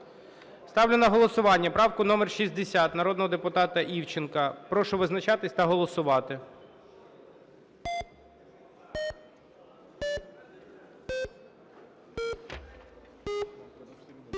Ставлю на голосування правку номер 60 народного депутата Івченка. Прошу визначатися та голосувати.